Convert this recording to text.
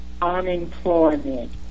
Unemployment